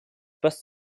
bus